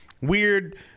weird